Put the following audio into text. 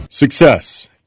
Success